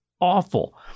awful